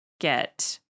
get